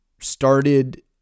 started